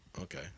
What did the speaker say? okay